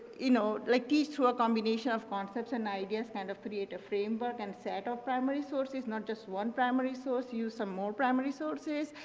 you know, like these two are combination of concepts and ideas and kind of create a framework and sort of primary sources not just one primary source, use some more primary sources,